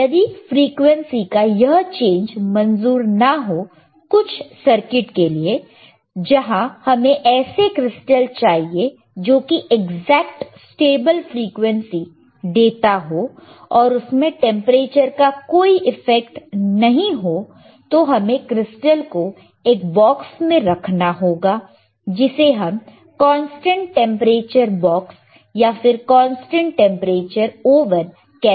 पर यदि फ्रीक्वेंसी का यह चेंज मंजूर ना हो कुछ सर्किट के लिए जहां हमें ऐसे क्रिस्टल चाहिए जो कि एग्जैक्ट स्टेबल फ्रीक्वेंसी देता हो और उसमें टेंपरेचर का कोई इफेक्ट नहीं हो तो हमें क्रिस्टल को एक बॉक्स में रखना होगा जिसे हम कांस्टेंट टेंपरेचर बॉक्स या फिर कांस्टेंट टेंपरेचर ओवन कहते हैं